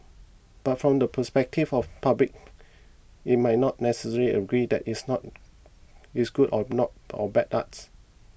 but from the perspective of public it might not necessarily agree that it's not it's good or not or bad art